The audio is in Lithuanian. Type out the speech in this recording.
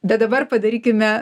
bet dabar padarykime